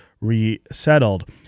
resettled